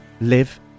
live